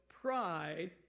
pride